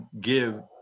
give